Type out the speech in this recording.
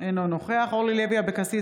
אינו נוכח אורלי לוי אבקסיס,